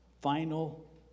final